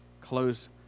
close